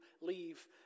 leave